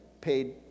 paid